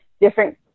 different